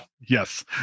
Yes